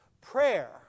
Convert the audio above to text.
Prayer